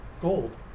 gold